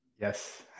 yes